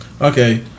Okay